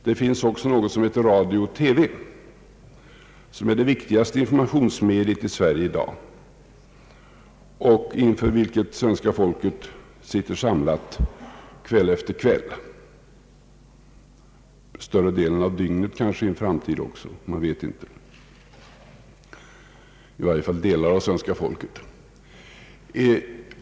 Det finns också något som heter radio och TV, som är det viktigaste informationsmediet i Sverige i dag, inför vilket svenska folket sitter samlat kväll efier kväll — i varje fall delar av svenska folket — och i en framtid kanske större. delen av dygnet.